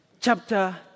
chapter